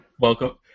Welcome